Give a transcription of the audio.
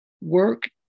work